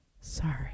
sorry